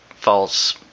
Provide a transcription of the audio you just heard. false